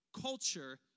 culture